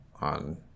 on